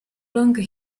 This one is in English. longer